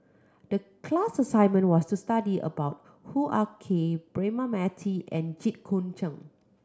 the class assignment was to study about Hoo Ah Kay Braema Mathi and Jit Koon Ch'ng